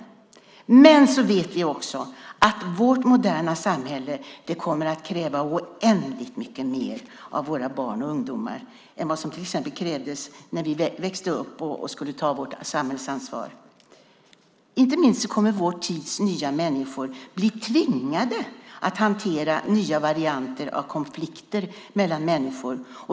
Men vi vet också att vårt moderna samhälle kommer att kräva oändligt mycket mer av våra barn och ungdomar än vad som till exempel krävdes när vi växte upp och skulle ta vårt samhällsansvar. Inte minst kommer vår tids nya människor att bli tvingade att hantera nya varianter av konflikter mellan människor.